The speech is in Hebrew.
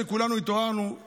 כמו שקרן מרציאנו,